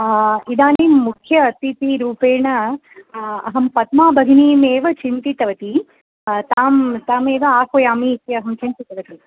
इदानीं मुख्य अतिथिरूपेण अहं पद्माभगिनीमेव चिन्तितवती तां तामेव आह्वयामि इत्यहं चिन्तितवती